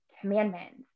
commandments